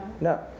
No